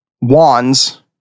wands